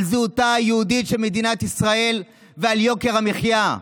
על זהותה היהודית של מדינת ישראל ועל יוקר המחיה.